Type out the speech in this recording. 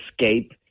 escape